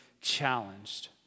challenged